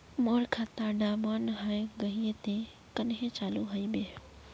मोर खाता डा बन है गहिये ते कन्हे चालू हैबे?